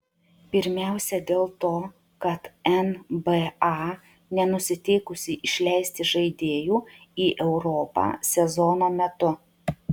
pirmiausia dėl to kad nba nenusiteikusi išleisti žaidėjų į europą sezono metu